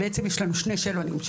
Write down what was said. יש לנו שני שאלונים,